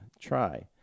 Try